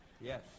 yes